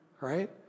right